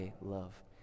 love